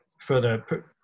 further